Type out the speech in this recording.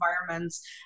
environments